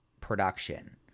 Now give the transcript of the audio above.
production